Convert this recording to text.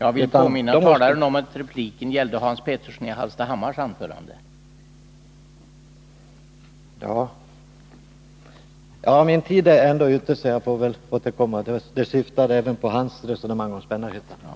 Herr talman! Min repliktid är ändå ute, så jag får väl återkomma. Men vad jag sade syftade även på Hans Peterssons resonemang om Spännarhyttan.